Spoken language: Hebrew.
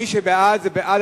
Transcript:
מי שבעד הוא בעד